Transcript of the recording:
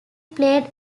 played